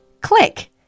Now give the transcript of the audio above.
click